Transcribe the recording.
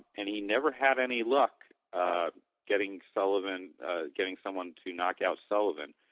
and he never had any luck getting sullivan getting someone to knockout sullivan